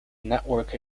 network